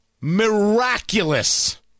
miraculous